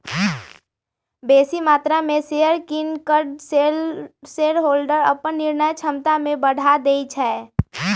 बेशी मत्रा में शेयर किन कऽ शेरहोल्डर अप्पन निर्णय क्षमता में बढ़ा देइ छै